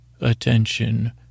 Attention